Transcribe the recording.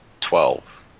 twelve